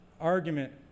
argument